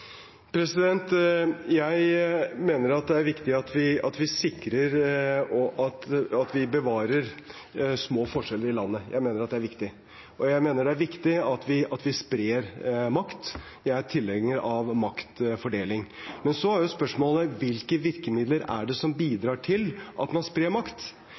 Jeg mener at det er viktig at vi sikrer og bevarer at det er små forskjeller i landet. Jeg mener at det er viktig, og jeg mener det er viktig at vi sprer makt – jeg er tilhenger av maktfordeling. Men så er jo spørsmålet: Hvilke virkemidler er det som bidrar til at man sprer makt?